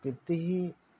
कितीही